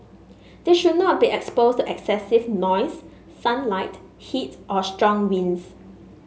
they should not be exposed to excessive noise sunlight heat or strong winds